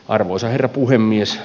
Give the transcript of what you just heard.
arvoisa herra puhemies